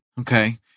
Okay